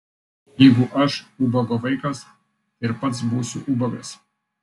jeigu aš ubago vaikas tai ir pats būsiu ubagas